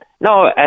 no